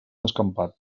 descampat